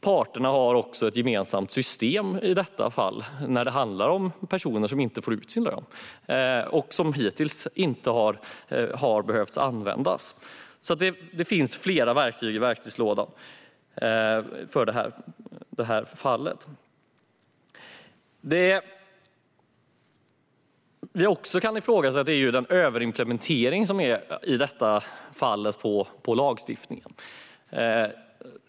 Parterna har också ett gemensamt system, som hittills inte har behövt användas, när det gäller personer som inte får ut sin lön. Det finns alltså flera verktyg i verktygslådan för sådana här fall. Något som vi också kan ifrågasätta i detta fall är överimplementering av lagstiftningen.